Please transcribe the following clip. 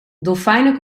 dolfijnen